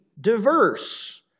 diverse